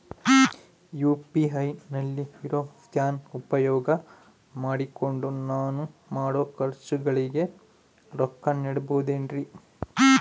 UPI ನಲ್ಲಿ ಇರೋ scan ಉಪಯೋಗ ಮಾಡಿಕೊಂಡು ನಾನು ಮಾಡೋ ಖರ್ಚುಗಳಿಗೆ ರೊಕ್ಕ ನೇಡಬಹುದೇನ್ರಿ?